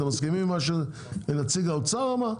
אתם מסכימים עם מה שנציג האוצר אמר?